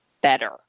better